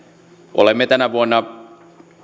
olemme tänä vuonna